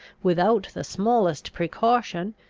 without the smallest precaution,